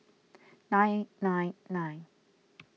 nine nine nine